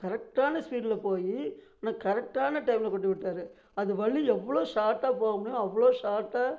கரெக்டான ஸ்பீடில் போய் ஆனால் கரெக்டான டைம்மில் கொண்டி விட்டார் அது வழி எவ்வளோ ஷாட்டாக போக முடியுமோ அவ்வளோ ஷாட்டாக